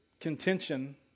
contention